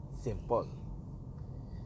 simple